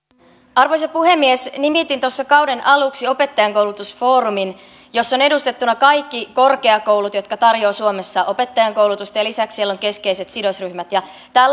arvoisa puhemies nimitin tuossa kauden aluksi opettajankoulutusfoorumin jossa ovat edustettuina kaikki korkeakoulut jotka tarjoavat suomessa opettajankoulutusta ja lisäksi siellä on keskeiset sidosryhmät tämä